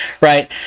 right